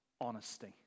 honesty